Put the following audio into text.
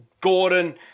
Gordon